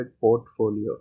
portfolio